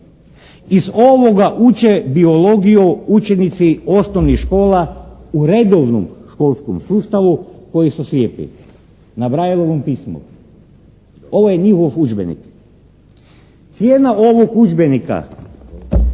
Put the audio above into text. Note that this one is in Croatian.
Iz ovoga uče biologiju učenici osnovnih škola u redovnom školskom sustavu koji su slijepi na Braillovom pismu. Ovo je njihov udžbenik. Cijena ovog udžbenika